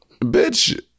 bitch